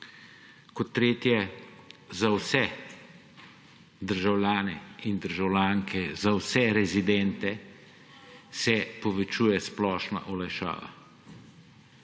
Tretje, za vse državljane in državljanke, za vse rezidente se povečuje splošna olajšava.